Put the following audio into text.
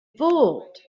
fooled